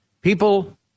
people